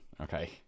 Okay